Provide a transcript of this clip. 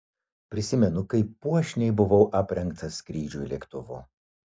prisimenu kaip puošniai buvau aprengtas skrydžiui lėktuvu